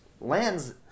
Land's